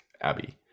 Abby